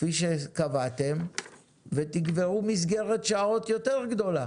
כפי שקבעתם ותקבעו מסגרת שעות יותר גדולה.